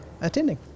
attending